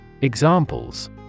Examples